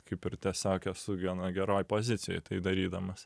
kaip ir tiesiog esu gana geroj pozicijoj tai darydamas